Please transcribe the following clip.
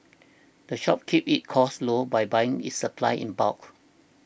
the shop keeps its costs low by buying its supplies in bulk